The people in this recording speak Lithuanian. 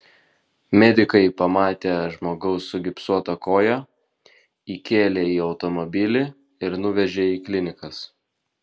medikai pamatę žmogaus sugipsuotą koją įkėlė į automobilį ir nuvežė į klinikas